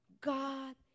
God